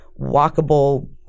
walkable